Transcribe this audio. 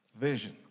vision